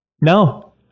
No